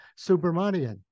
Subramanian